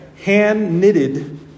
hand-knitted